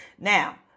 Now